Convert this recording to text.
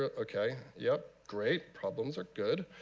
ah ok, yeah great, problems are good.